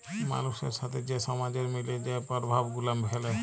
মালুসের সাথে যে সমাজের মিলে যে পরভাব গুলা ফ্যালে